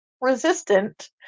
resistant